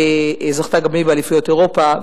שזכתה גם היא באליפויות אירופה,